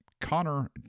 Connor